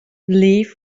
leave